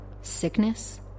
Sickness